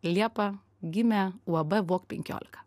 liepą gimė uab walk penkiolika